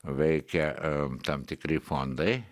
veikia tam tikri fondai